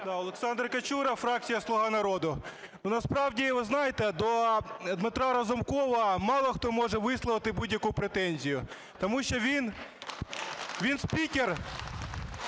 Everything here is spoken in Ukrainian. Олександр Качура, фракція "Слуга народу". Насправді, ви знаєте, до Дмитра Разумкова мало хто може висловити будь-яку претензію, тому що він спікер